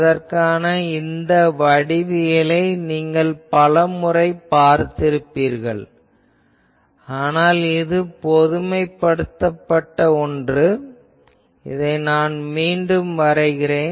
அதற்கான இந்த வடிவியலை நீங்கள் பலமுறை பார்த்திருப்பீர்கள் ஆனால் இது பொதுமைப்படுத்தப்பட்ட ஒன்று நான் இதை மீண்டும் வரைகிறேன்